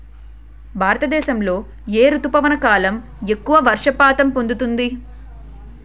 భారతదేశంలో ఏ రుతుపవన కాలం ఎక్కువ వర్షపాతం పొందుతుంది?